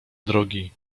drogi